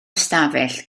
ystafell